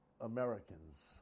Americans